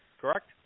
Correct